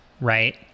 right